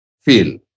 feel